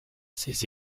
ces